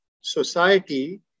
society